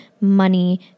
money